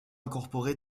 incorporé